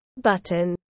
button